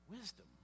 wisdom